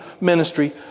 ministry